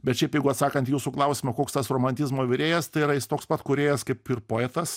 bet šiaip jeigu atsakant į jūsų klausimą koks tas romantizmo virėjas tai yra jis toks pat kūrėjas kaip ir poetas